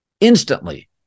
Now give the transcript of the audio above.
instantly